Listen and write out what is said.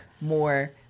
more